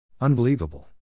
Unbelievable